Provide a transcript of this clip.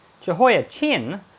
Jehoiachin